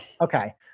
Okay